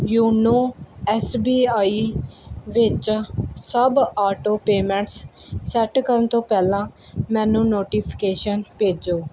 YONO SBI ਵਿੱਚ ਸਭ auto payments set ਕਰਨ ਤੋਂ ਪਹਿਲਾਂ ਮੈਨੂੰ ਨੋਟੀਫਿਕੇਸ਼ਨ ਭੇਜੋ